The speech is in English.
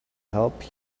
help